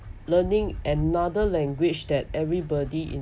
learning another language that everybody in